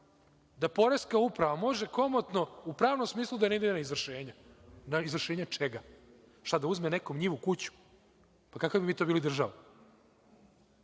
da poreska uprava može komotno u pravnom smislu da ne dira izvršenja. Izvršenja čega? Šta, da uzme nekom njivu, kuću? Pa kakva bi mi to bili država?